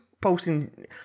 posting